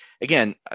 again